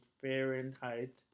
Fahrenheit